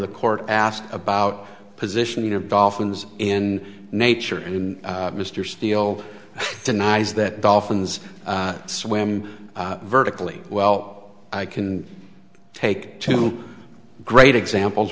the court asked about positioning of dolphins in nature and mr steele denies that dolphins swim vertically well i can take two great examples